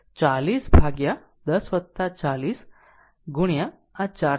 તેથી તે 40 ભાગ્યા 10 40 આ 4 એમ્પીયર આ 4 એમ્પીયર કરંટ છે